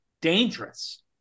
dangerous